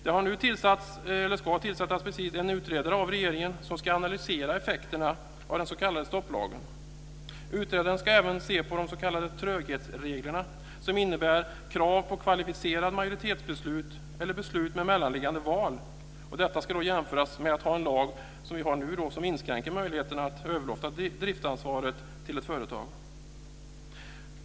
Regeringen ska nu tillsätta en utredare som ska analysera effekterna av den s.k. stopplagen. Utredaren ska även se på de s.k. tröghetsreglerna, som innebär krav på kvalificerade majoritetsbeslut eller beslut med mellanliggande val. Detta ska jämföras med att ha en lag - som vi nu har - som inskränker möjligheterna att överlåta driftsansvaret till ett företag.